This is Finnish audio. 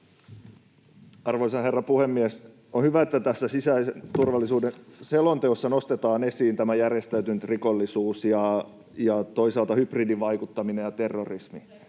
Arvoisa herra puhemies! On hyvä, että tässä sisäisen turvallisuuden selonteossa nostetaan esiin järjestäytynyt rikollisuus ja toisaalta hybridivaikuttaminen ja terrorismi.